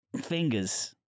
Fingers